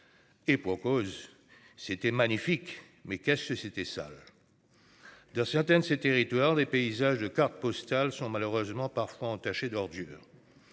Et pour cause, c'était magnifique. Mais qu'est-ce que c'était sale. Dans certaines ces territoires, des paysages de cartes postales sont malheureusement parfois entachés d'ordures.